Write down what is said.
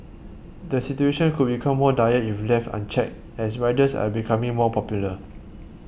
the situation could become more dire if left unchecked as riders are becoming more popular